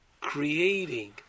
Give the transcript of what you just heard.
creating